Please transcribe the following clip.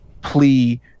plea